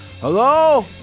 Hello